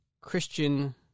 Christian